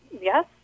Yes